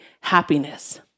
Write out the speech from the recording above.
happiness